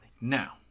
Now